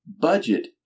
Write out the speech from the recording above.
budget